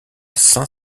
saint